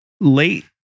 late